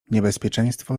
niebezpieczeństwo